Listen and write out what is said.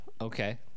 Okay